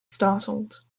startled